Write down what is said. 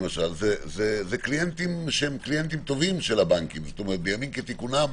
הם קליינטים שהם טובים לבנקים בימים כתיקונם.